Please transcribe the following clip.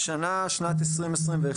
שנת 2021,